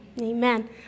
Amen